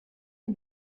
can